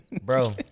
Bro